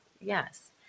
yes